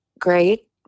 great